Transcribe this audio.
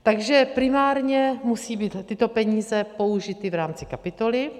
Takže primárně musí být tyto peníze použity v rámci kapitoly.